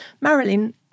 Marilyn